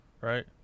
Right